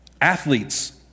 athletes